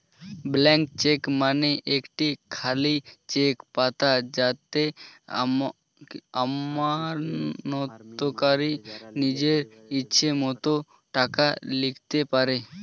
blank cheque মানে একটি খালি চেক পাতা যাতে আমানতকারী নিজের ইচ্ছে মতো টাকা লিখতে পারে